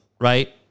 right